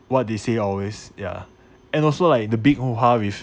what they say always ya and also like the big hoo ha with